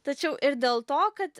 tačiau ir dėl to kad